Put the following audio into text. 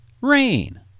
rain